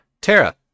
Tara